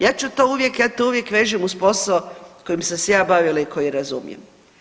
Ja ću to uvijek, ja to uvijek vežem uz posao kojim sam se ja bavila i koji razumijem.